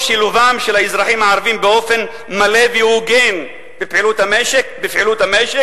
שילובם של האזרחים הערבים באופן מלא והוגן בפעילות המשק,